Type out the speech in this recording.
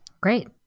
Great